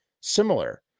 similar